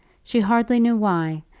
she hardly knew why,